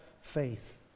faith